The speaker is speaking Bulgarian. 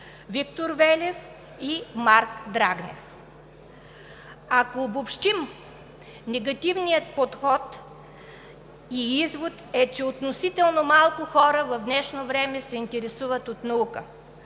Виктор Велев и Марк Драгнев. Ако обобщим – негативният извод е, че относително малко хора в днешно време се интересуват от наука,